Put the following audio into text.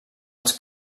els